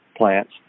plants